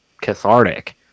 cathartic